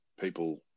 people